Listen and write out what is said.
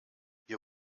wir